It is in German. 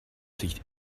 sich